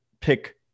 pick